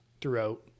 throughout